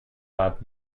lab